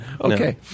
okay